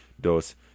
dos